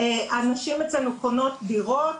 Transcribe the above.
הנשים אצלנו קונות דירות,